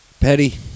Petty